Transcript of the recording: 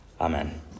Amen